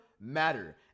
matter